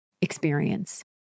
experience